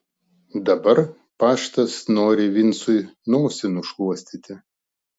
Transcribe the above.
dabar paštas nori vincui nosį nušluostyti